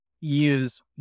use